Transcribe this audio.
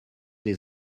les